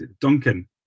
Duncan